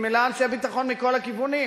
היא מלאה אנשי ביטחון מכל הכיוונים,